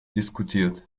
diskutiert